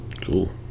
Cool